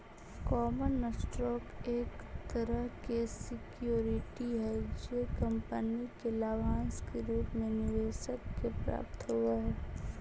common stock एक तरह के सिक्योरिटी हई जे कंपनी के लाभांश के रूप में निवेशक के प्राप्त होवऽ हइ